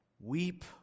Weep